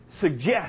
suggest